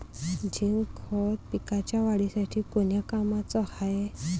Zinc खत पिकाच्या वाढीसाठी कोन्या कामाचं हाये?